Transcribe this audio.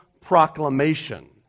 proclamation